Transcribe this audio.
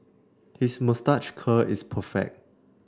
his moustache curl is perfect